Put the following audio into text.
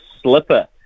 slipper